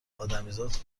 ادمیزاد